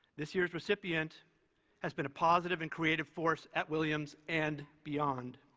this year's recipient has been a positive and creative force at williams and beyond.